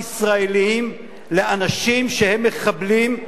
לאנשים שהם מחבלים,